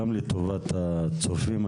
גם לטובת הצופים,